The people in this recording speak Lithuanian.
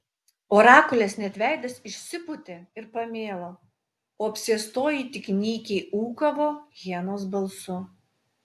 orakulės net veidas išsipūtė ir pamėlo o apsėstoji tik nykiai ūkavo hienos balsu